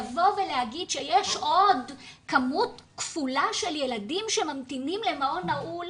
לבוא ולהגיד שיש עוד כמות כפולה של ילדים שממתינים למעון נעול,